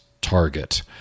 target